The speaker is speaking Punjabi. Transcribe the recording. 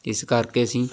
ਇਸ ਕਰਕੇ ਅਸੀਂ